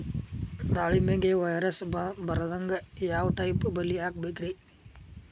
ದಾಳಿಂಬೆಗೆ ವೈರಸ್ ಬರದಂಗ ಯಾವ್ ಟೈಪ್ ಬಲಿ ಹಾಕಬೇಕ್ರಿ?